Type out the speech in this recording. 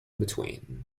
between